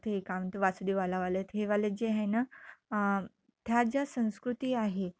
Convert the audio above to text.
ते का म्हणते वासुदेव आलावाले हेवाले जे आहे ना त्या ज्या संस्कृती आहे